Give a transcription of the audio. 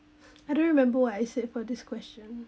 I don't remember what I said for this question